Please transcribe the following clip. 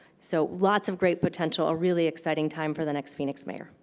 so lots of great potential, a really exciting time for the next phoenix mayor.